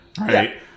right